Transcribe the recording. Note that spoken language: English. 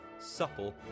supple